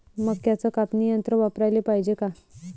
मक्क्याचं कापनी यंत्र वापराले पायजे का?